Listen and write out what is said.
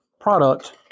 product